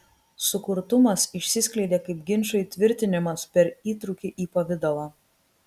sukurtumas išsiskleidė kaip ginčo įtvirtinimas per įtrūkį į pavidalą